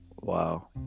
wow